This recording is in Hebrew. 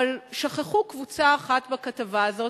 אבל שכחו קבוצה אחת בכתבה הזאת,